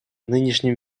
нынешнем